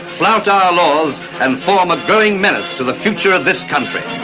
flout our laws and form a growing menace to the future of this country.